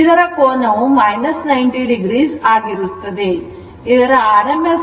ಇದರ ಕೋನವು 90o ಆಗಿರುತ್ತದೆ